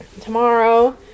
tomorrow